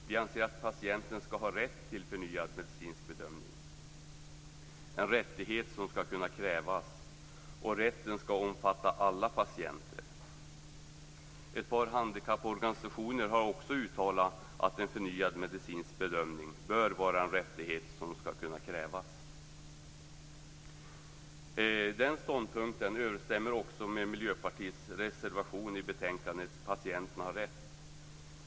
Vi anser att patienten bör ha rätt till förnyad medicinsk bedömning, en rättighet som skall kunna krävas, och rätten skall omfatta alla patienter. Ett par handikapporganisationer har också uttalat att en förnyad medicinsk bedömning bör vara en rättighet som skall kunna krävas. Den ståndpunkten överensstämmer också med Miljöpartiets reservation i betänkandet Patienten har rätt.